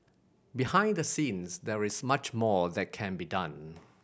behind the scenes there is much more that can be done